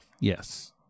Yes